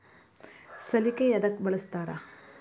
ಸಲಿಕೆ ಯದಕ್ ಬಳಸ್ತಾರ?